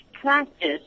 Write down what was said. practice